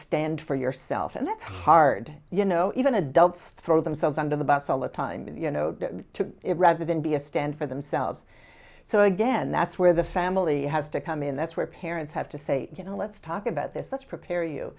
stand for yourself and that's hard you know even adults throw themselves under the bus all the time you know to it rather than be a stand for themselves so again that's where the family has to come in that's where parents have to say you know let's talk about this let's prepare you